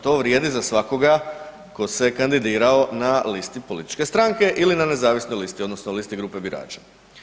To vrijedi za svakoga tko se kandidirao na listi političke stranke ili na nezavisnoj listi odnosno listi grupe birača.